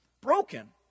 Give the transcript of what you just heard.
Broken